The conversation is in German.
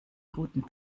guten